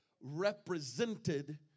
represented